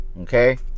Okay